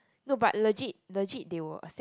no but legit legit they will accept